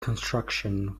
construction